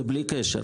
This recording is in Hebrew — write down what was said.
זה בלי קשר.